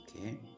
Okay